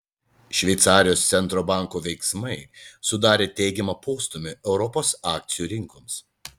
šveicarijos centrinio banko veiksmai sudarė teigiamą postūmį europos akcijų rinkoms